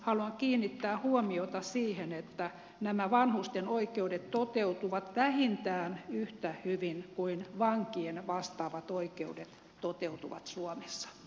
haluan kiinnittää huomiota siihen että nämä vanhusten oikeudet toteutuvat vähintään yhtä hyvin kuin vankien vastaavat oikeudet toteutuvat suomessa